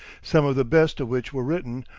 some of the best of which were written,